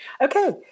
Okay